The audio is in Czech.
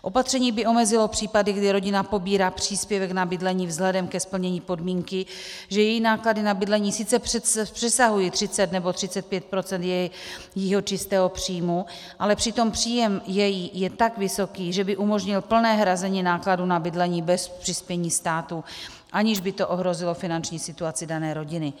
Opatření by omezilo případy, kdy rodina pobírá příspěvek na bydlení vzhledem ke splnění podmínky, že její náklady na bydlení sice přesahují 30 nebo 35 % jejího čistého příjmu, ale přitom její příjem je tak vysoký, že by umožnil plné hrazení nákladů na bydlení bez přispění státu, aniž by to ohrozilo finanční situaci dané rodiny.